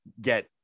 get